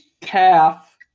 calf